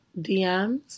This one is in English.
DMs